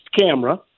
camera